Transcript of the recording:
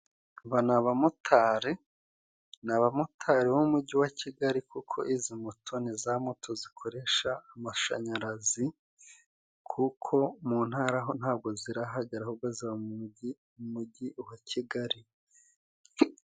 Aba ni abamotari ni abamotari b'umujyi wa Kigali, kuko izi moto ni za moto zikoresha amashanyarazi, kuko mu ntara ho ntabwo zirahagera ahubwo ziba mu mujyi mu mujyi wa Kigali.